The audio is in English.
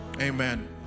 Amen